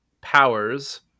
powers